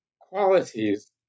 qualities